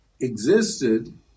existed